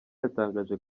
yatangaje